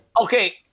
Okay